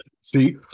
See